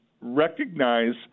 recognize